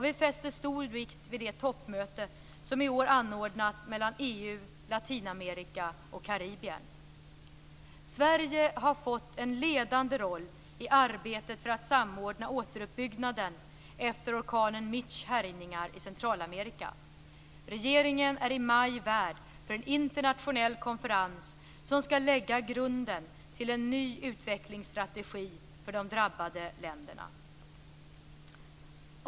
Vi fäster stor vikt vid det toppmöte som i år anordnas mellan EU, Latinamerika och Karibien. Sverige har fått en ledande roll i arbetet för att samordna återuppbyggnaden efter orkanen Mitchs härjningar i Centralamerika. Regeringen är i maj värd för en internationell konferens som skall lägga grunden till en ny utvecklingsstrategi för de drabbade länderna.